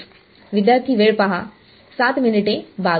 विद्यार्थी